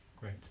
Great